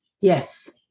Yes